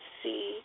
see